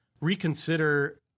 reconsider